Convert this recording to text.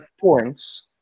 points